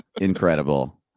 incredible